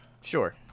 sure